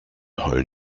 heulen